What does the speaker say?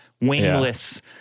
wingless